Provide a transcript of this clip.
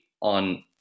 on